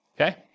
okay